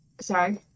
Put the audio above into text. Sorry